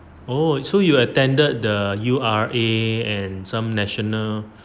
oh so you attended the U_R_A and some national